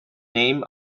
named